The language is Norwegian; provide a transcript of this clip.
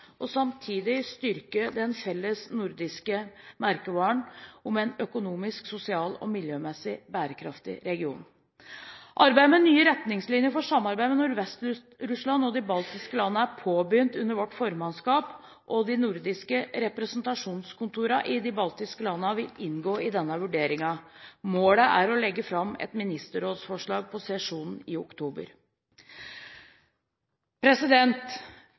og samtidig styrke den felles nordiske merkevaren om en økonomisk, sosialt og miljømessig bærekraftig region. Arbeidet med nye retningslinjer for samarbeidet med Nordvest-Russland og de baltiske landene ble påbegynt under vårt formannskap. De nordiske representasjonskontorene i de baltiske landene vil inngå i denne vurderingen. Målet er å legge fram et ministerrådsforslag på sesjonen i oktober.